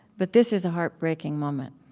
but this is a heartbreaking moment,